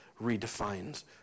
redefines